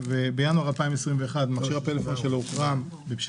בינואר 2021 מכשיר הפלאפון שלו הוחרם על פי